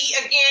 again